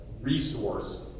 resource